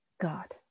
God